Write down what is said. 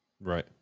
Right